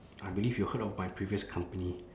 I believe you heard of my previous company